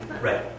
Right